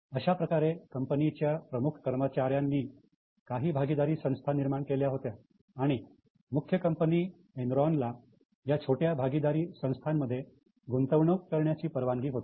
अशा प्रकारे कंपनीच्या प्रमुख कर्मचाऱ्यांनी काही भागीदारी संस्था निर्माण केल्या होत्या आणि मुख्य कंपनी एनरॉनला या छोट्या भागीदारी संस्थानमध्ये गुंतवणूक करण्याची परवानगी होती